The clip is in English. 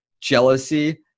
jealousy